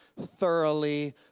thoroughly